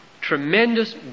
tremendous